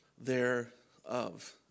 thereof